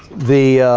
the